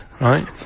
Right